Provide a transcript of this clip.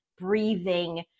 breathing